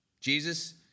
Jesus